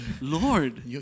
Lord